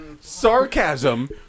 sarcasm